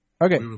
Okay